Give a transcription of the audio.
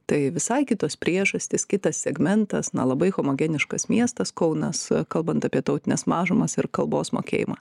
tai visai kitos priežastys kitas segmentas na labai homogeniškas miestas kaunas kalbant apie tautines mažumas ir kalbos mokėjimą